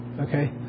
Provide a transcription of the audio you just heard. Okay